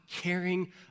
caring